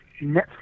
Netflix